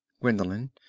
Gwendolen